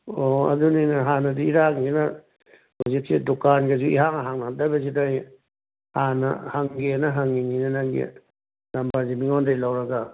ꯑꯣ ꯑꯗꯨꯅꯤꯅꯦ ꯍꯥꯟꯅꯗꯤ ꯏꯔꯥꯡꯁꯤꯅ ꯍꯧꯖꯤꯛꯁꯦ ꯗꯨꯀꯥꯟꯒꯁꯤ ꯏꯍꯥꯡ ꯍꯥꯡꯅꯗꯕꯁꯤꯗ ꯑꯩ ꯍꯥꯟꯅ ꯍꯪꯒꯦꯅ ꯍꯪꯉꯤꯅꯤꯅꯦ ꯅꯪꯒꯤ ꯅꯝꯕꯔꯁꯤ ꯃꯤꯉꯣꯟꯗꯒꯤ ꯂꯧꯔꯒ